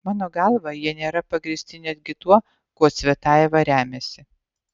mano galva jie nėra pagrįsti netgi tuo kuo cvetajeva remiasi